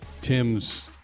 Tim's